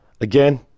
Again